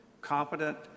competent